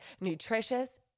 nutritious